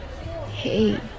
Hey